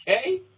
Okay